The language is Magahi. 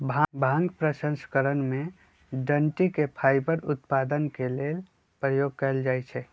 भांग प्रसंस्करण में डनटी के फाइबर उत्पादन के लेल प्रयोग कयल जाइ छइ